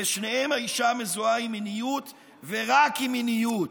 בשניהם האישה מזוהה עם מיניות ורק עם מיניות,